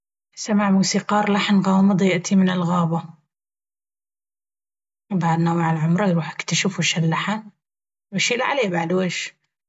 سمع موسيقار لحن غامض يأتي من الغابة... بعد ناوي على عمره يروح يكتشف وش اللحن! يشيل عليه بعد ويش.